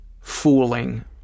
fooling